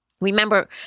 Remember